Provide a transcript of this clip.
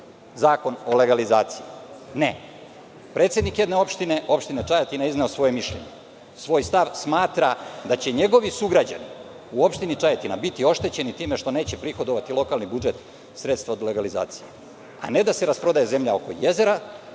Zakon o legalizaciji. Ne. Predsednik jedne opštine, opštine Čajetina izneo je svoje mišljenje, svoj stav. Smatra da će njegovi sugrađani u opštini Čajetina biti oštećeni time što neće prihodovati lokalni budžet sredstva od legalizacije, a ne da se rasprodaje zemlja oko jezera,